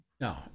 no